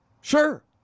Sure